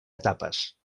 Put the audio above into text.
etapes